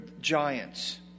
giants